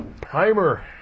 Primer